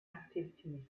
activities